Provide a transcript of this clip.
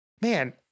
man